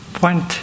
point